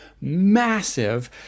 massive